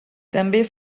també